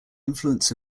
influence